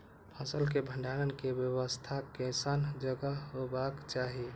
फसल के भंडारण के व्यवस्था केसन जगह हेबाक चाही?